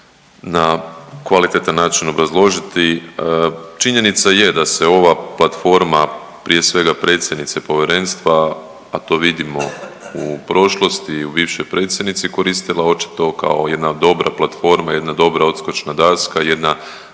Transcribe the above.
na kvalitetan način obrazložiti. Činjenica je da se ova platforma prije svega predsjednice povjerenstva a to vidimo u prošlosti, u bivšoj predsjednici koristila očito kao jedna dobra platforma, jedna dobra odskočna daska, jedna